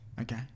Okay